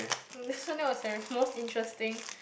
mm so that was your most interesting